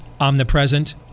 omnipresent